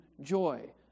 joy